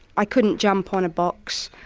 i couldn't jump on a box,